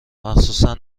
مخصوصن